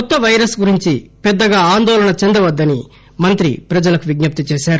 కొత్త వైరస్ గురించి పెద్దగా ఆందోళన చెందవద్గని మంత్రి ప్రజలకు విజ్ఞప్తి చేశారు